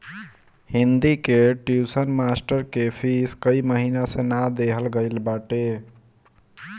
हिंदी कअ tuition master कअ fees कई महिना से ना देहल गईल बाटे